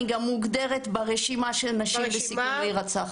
ואני גם מוגדרת ברשימה של נשים בסיכון להירצח,